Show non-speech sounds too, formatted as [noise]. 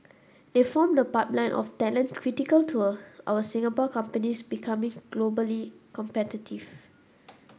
they form the pipeline of talent critical to [unintelligible] our Singapore companies becoming globally competitive